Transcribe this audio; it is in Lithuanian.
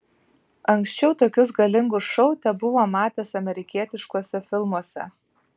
anksčiau tokius galingus šou tebuvo matęs amerikietiškuose filmuose